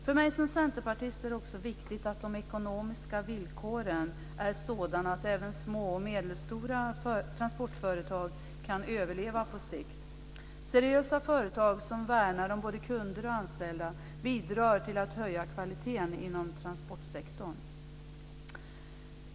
För mig som centerpartist är det också viktigt att de ekonomiska villkoren är sådana att även små och medelstora transportföretag kan överleva på sikt. Seriösa företag som värnar om både kunder och anställda bidrar till att höja kvaliteten inom transportsektorn.